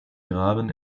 graben